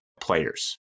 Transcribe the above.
players